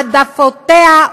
העדפותיה,